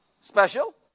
Special